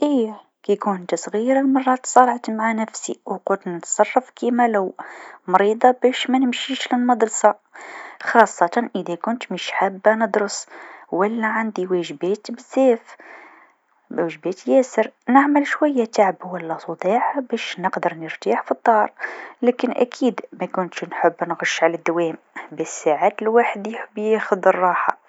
إيه كي كنت صغيره مرات تصارعت مع نفسي و قلت نتصرف كيما لو مريضة باش منمشيش للمدرسه خاصة إذا كنت مش حابه ندرس و لا عندي واجبات بزاف وجبات ياسر، نعمل شويا تعب و لا صداع باش نقدر نرتاح في الدار، لكن أكيد مكتتش نحب نغش على دوام بس ساعات الواحد يحب ياخذ الراحه.